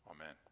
Amen